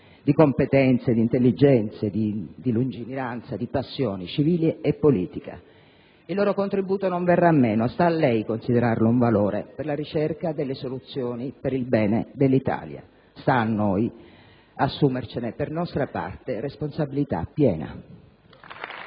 di competenze, di intelligenze, di lungimiranza, di passione civile e politica. I loro contributo non verrà meno: sta a lei considerarlo un valore per la ricerca delle soluzioni per il bene dell'Italia. Sta a noi assumercene per nostra parte responsabilità piena.